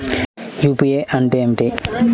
UPI అంటే ఏమిటీ?